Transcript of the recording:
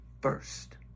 first